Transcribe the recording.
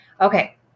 Okay